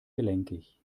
gelenkig